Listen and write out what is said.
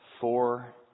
four